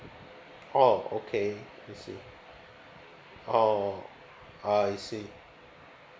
oh okay I see oh I see